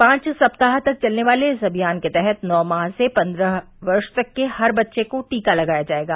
पाँच सप्ताह तक चलने वाले इस अमियान के तहत नौ माह से पन्द्रह वर्ष तक के हर बच्चे को टीका लगाया जायेगा